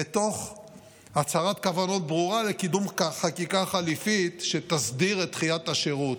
ותוך הצהרת כוונות ברורה לקידום חקיקה חליפית שתסדיר את דחיית השירות.